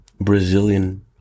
Brazilian